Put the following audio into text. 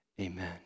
Amen